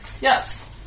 Yes